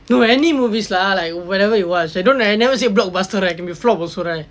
no any movies lah like whatever you watch I don't I never say blockbuster right can be flop also right